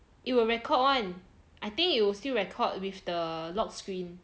it will record one I think it'll still record with the lock screen